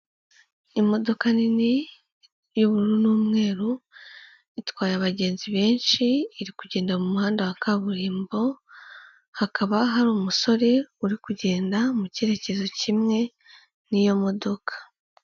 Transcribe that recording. Imodoka nini, y'ubururu n'umweru, itwaye abagenzi benshi, iri kugenda mu muhanda wa kaburimbo, hakaba hari umusore uri kugenda mu cyerekezo kimwe n'iyo modoka.